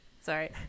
Sorry